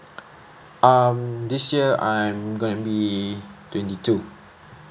um this year I'm going to be twenty two